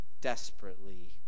desperately